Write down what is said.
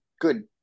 good